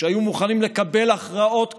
שהיו מוכנים לקבל הכרעות קשות,